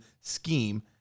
scheme